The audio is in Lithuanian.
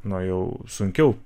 na jau sunkiau